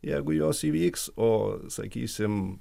jeigu jos įvyks o sakysim